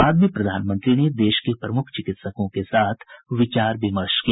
बाद में प्रधानमंत्री ने देश के प्रमुख चिकित्सकों के साथ विचार विमर्श किया